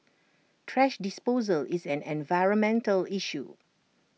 thrash disposal is an environmental issue